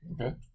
Okay